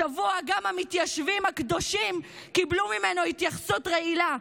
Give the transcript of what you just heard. השבוע גם המתיישבים הקדושים קיבלו ממנו התייחסות רעילה.